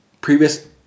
previous